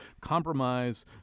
compromise